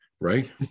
right